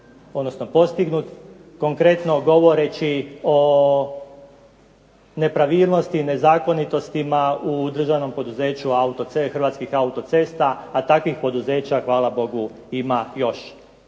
odnosno postignut konkretno govoreći o nepravilnosti, nezakonitostima u državnom poduzeću Hrvatskih autocesta, a takvih poduzeća hvala Bogu ima još.